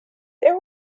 there